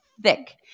Thick